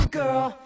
girl